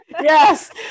yes